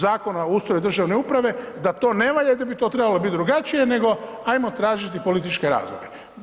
Zakona o ustroju državne uprave da to ne valja i da bi to trebalo biti drugačije, nego ajmo tražiti političke razloge.